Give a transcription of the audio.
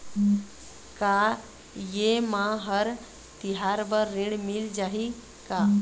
का ये मा हर तिहार बर ऋण मिल जाही का?